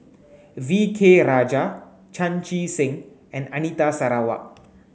V K Rajah Chan Chee Seng and Anita Sarawak